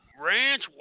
Ranch